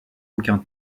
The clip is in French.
aucun